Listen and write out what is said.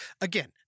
Again